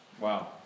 Wow